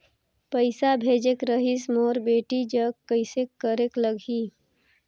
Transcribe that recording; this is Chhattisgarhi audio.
पइसा भेजेक रहिस मोर बेटी जग कइसे करेके लगही?